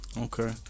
okay